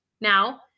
Now